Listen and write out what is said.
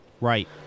Right